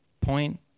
point